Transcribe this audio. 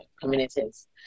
communities